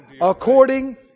According